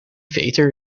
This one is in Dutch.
veter